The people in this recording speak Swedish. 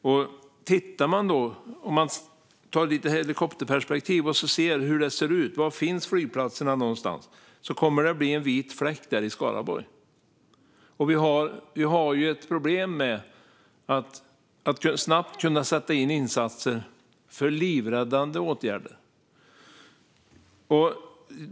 Om vi tar ett helikopterperspektiv och ser hur det ser ut och var någonstans flygplatserna finns kommer vi att se att det blir en vit fläck i Skaraborg. Vi har ett problem med att snabbt kunna sätta in insatser för livräddande åtgärder.